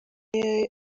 niwe